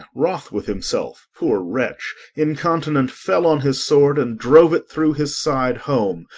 wroth with himself, poor wretch, incontinent fell on his sword and drove it through his side home,